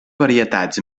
varietats